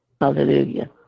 Hallelujah